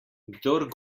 kdor